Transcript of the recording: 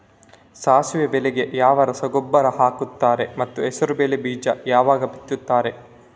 ಸಾಸಿವೆ ಬೆಳೆಗೆ ಯಾವ ರಸಗೊಬ್ಬರ ಹಾಕ್ತಾರೆ ಮತ್ತು ಹೆಸರುಬೇಳೆ ಬೀಜ ಯಾವಾಗ ಬಿತ್ತುತ್ತಾರೆ?